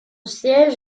siège